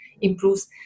improves